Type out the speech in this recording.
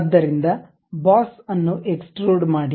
ಆದ್ದರಿಂದ ಬಾಸ್ ಅನ್ನು ಎಕ್ಸ್ಟ್ರುಡ್ ಮಾಡಿ